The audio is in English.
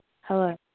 Hello